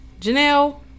Janelle